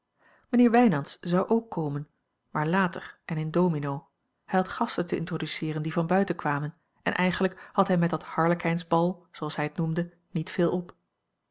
mijnheer wijnands zou ook komen maar later en in domino hij had gasten te introdueeeren die van buiten kwamen en eigenlijk had hij met dat harlekijnsbal zooals hij het noemde niet veel op